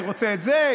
אני רוצה את זה,